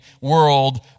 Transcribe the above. world